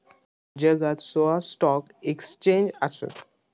जगात सोळा stock exchange आसत